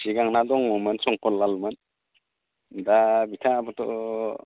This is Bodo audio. सिगांना दङमोन शंकरलालमोन दा बिथाङाबोथ'